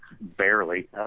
Barely